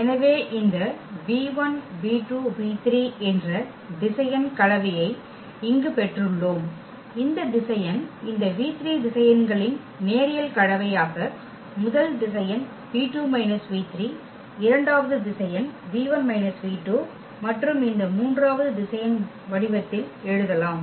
எனவே இந்த என்ற திசையன் கலவையை இங்கு பெற்றுள்ளோம் இந்த திசையன் இந்த திசையன்களின் நேரியல் கலவையாக முதல் திசையன் இரண்டாவது திசையன் மற்றும் இந்த மூன்றாவது திசையன் வடிவத்தில் எழுதலாம்